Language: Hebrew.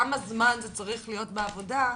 כמה זמן זה צריך להיות בעבודה?